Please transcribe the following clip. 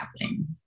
happening